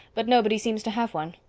but nobody seems to have one.